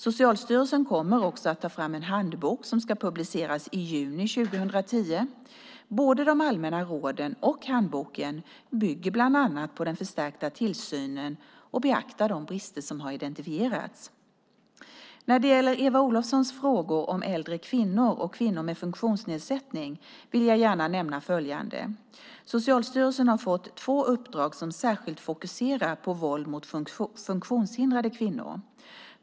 Socialstyrelsen kommer också att ta fram en handbok som ska publiceras i juni 2010. Både de allmänna råden och handboken bygger bland annat på den förstärkta tillsynen och beaktar de brister som har identifierats. När det gäller Eva Olofssons frågor om äldre kvinnor och kvinnor med funktionsnedsättning vill jag gärna nämna följande. Socialstyrelsen har fått två uppdrag som särskilt fokuserar på våld mot funktionshindrade kvinnor.